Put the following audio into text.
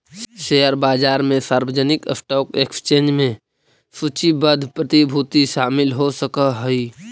share बाजार में सार्वजनिक स्टॉक एक्सचेंज में सूचीबद्ध प्रतिभूति शामिल हो सकऽ हइ